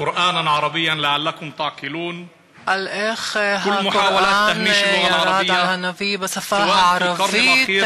( על איך הקוראן ירד אל הנביא בשפה הערבית,